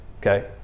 okay